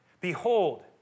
behold